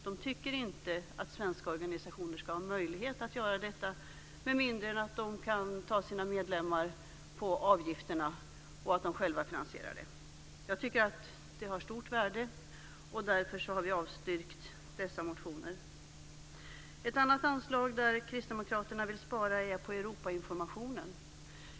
De tycker inte att svenska organisationer ska ha möjlighet att göra detta med mindre än att de själva kan finansiera det med hjälp av medlemmarnas avgifter. Jag tycker att detta har stort värde, och därför har vi avstyrkt dessa motioner. Ett annat anslag där Kristdemokraterna vill spara är det som går till Europainformation.